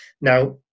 Now